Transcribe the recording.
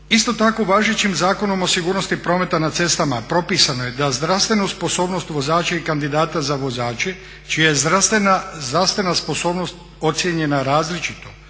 Isto tako važećim Zakonom o sigurnosti prometa na cestama propisano je da zdravstvenu sposobnost vozača i kandidata za vozače čija je zdravstvena sposobnost ocijenjena različito